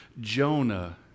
Jonah